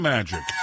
Magic